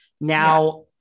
Now